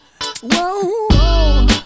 whoa